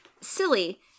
silly